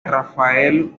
rafael